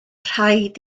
rhaid